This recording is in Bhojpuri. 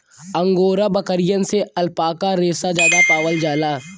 अंगोरा बकरियन से अल्पाका रेसा जादा पावल जाला